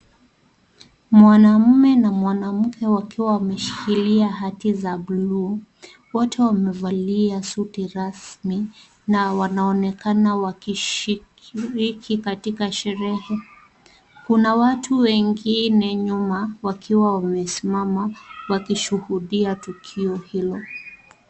Mwanaume na mwanamke wakiwa wameshikilia hati za bluu, wote wamevalia suti rasmi, na wanaonekana wakishiriki katika sherehe. Kuna watu wengine nyuma wakiwa wamesimama wakishuhudia tukio hilo.